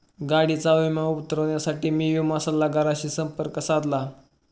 गाडीचा विमा उतरवण्यासाठी मी विमा सल्लागाराशी संपर्क साधला